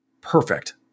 Perfect